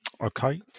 Okay